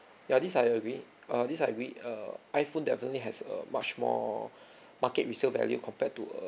ya this I agree uh this I agree err iphone definitely has a much more market resale value compared to err